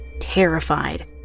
terrified